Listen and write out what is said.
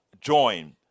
join